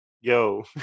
yo